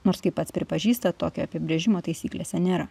nors kaip pats pripažįsta tokio apibrėžimo taisyklėse nėra